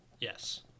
Yes